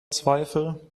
zweifel